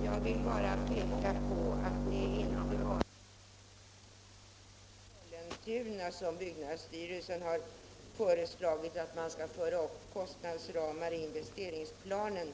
Fru talman! Jag vill peka på att det inte bara är för Ljungby och Sollentuna som byggnadsstyrelsen har föreslagit att man skall föra upp kostnadsramar i investeringsplanen.